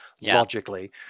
logically